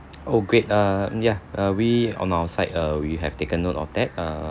oh great err ya err we on our side err we have taken note of that err